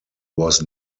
was